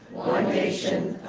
nation,